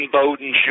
Bowden